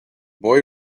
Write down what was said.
boy